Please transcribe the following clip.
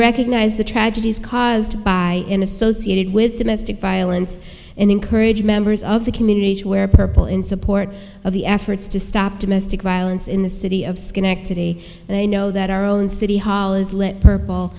recognize the tragedies caused by in associated with domestic violence encourage members of the community to wear purple in support of the efforts to stop domestic violence in the city of schenectady and i know that our own city hall is let purple